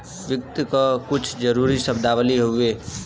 वित्त क कुछ जरूरी शब्दावली हउवे